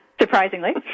surprisingly